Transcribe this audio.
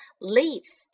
leaves